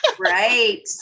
Right